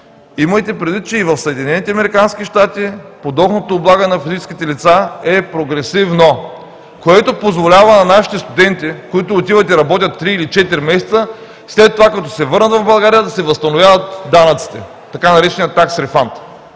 американски щати подоходното облагане на физическите лица е прогресивно, което позволява на нашите студенти, които отиват и работят три или четири месеца, след това като се върнат в България, да си възстановяват данъците – така нареченият Tax Refund.